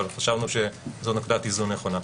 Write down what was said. אבל חשבנו שזאת נקודת איזון נכונה.